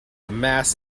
mass